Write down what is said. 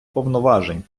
повноважень